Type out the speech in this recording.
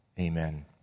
amen